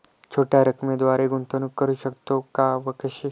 छोट्या रकमेद्वारे गुंतवणूक करू शकतो का व कशी?